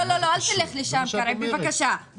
לא, לא, אל תלך לשם כרגע, בבקשה.